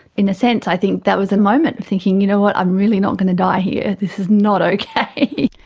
in a sense i think that was a moment of thinking, you know what, i'm really not going to die here, this is not okay.